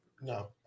no